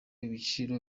ibiciro